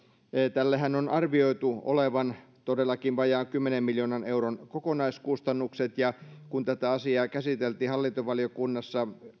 tällähän on arvioitu olevan todellakin vajaan kymmenen miljoonan euron kokonaiskustannukset ja kun tätä asiaa käsiteltiin hallintovaliokunnassa